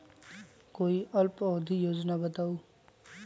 कोई अल्प अवधि योजना बताऊ?